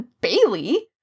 Bailey